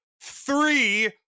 three